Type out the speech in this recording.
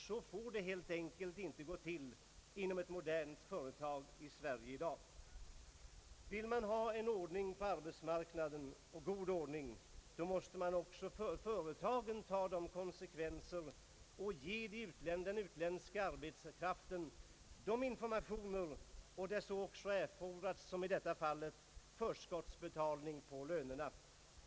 Så får det helt enkelt inte gå till inom ett modernt företag i Sverige i dag. Vill man ha en god ordning på arbetsmarknaden, då måste också företagen ta konsekvenserna och ge den utländska arbetskraften informationer och där så erfordras, som i detta fall, förskottsbetalningar på lönerna.